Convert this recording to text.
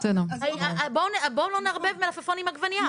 בואו לא נערבב מלפפון עם עגבנייה.